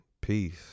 Peace